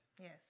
Yes